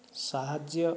ସାହାଯ୍ୟ